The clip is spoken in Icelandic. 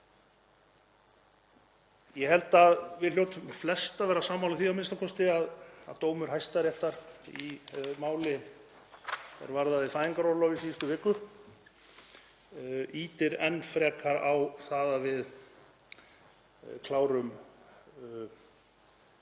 Ég held að við hljótum flest að vera sammála því a.m.k. að dómur Hæstaréttar í máli er varðaði fæðingarorlof í síðustu viku ýtir enn frekar á það að við klárum